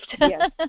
yes